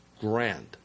grand